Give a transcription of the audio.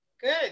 Good